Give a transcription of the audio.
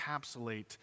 encapsulate